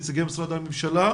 נציגי משרדי הממשלה.